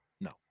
No